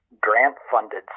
grant-funded